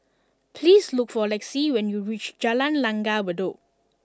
please look for Lexi when you reach Jalan Langgar Bedok